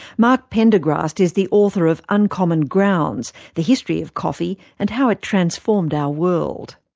mark pendergrast is the author of uncommon grounds the history of coffee and how it transformed our world.